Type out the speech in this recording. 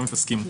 אותה.